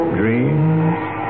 dreams